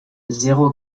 zéro